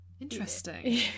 interesting